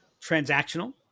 Transactional